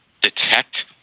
detect